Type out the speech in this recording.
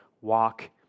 Walk